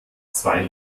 zwei